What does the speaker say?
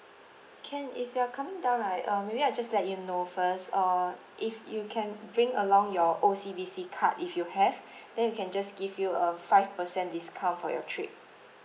can if you're coming down right uh maybe I just let you know first uh if you can bring along your O_C_B_C card if you have then we can just give you a five percent discount for your trip